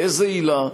באיזו עילה,